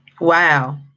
Wow